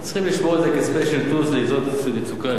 צריכים לשמור את זה כ-special tools לעתות מצוקה.